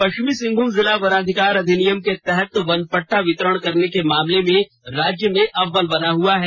पश्चिमी सिंहभूम जिला वनाधिकार अधिनियम के तहत वन पट्टा वितरण करने के मामले में राज्य में अव्वल बना हुआ है